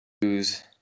use